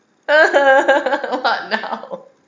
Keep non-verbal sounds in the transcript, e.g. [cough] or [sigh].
[noise] what now